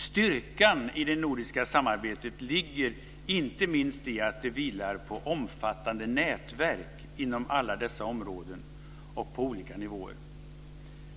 Styrkan i det nordiska samarbetet ligger inte minst i att det vilar på omfattande nätverk inom alla dessa områden och på olika nivåer.